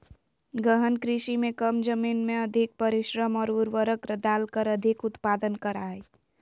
गहन कृषि में कम जमीन में अधिक परिश्रम और उर्वरक डालकर अधिक उत्पादन करा हइ